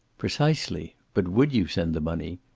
precisely. but would you send the money?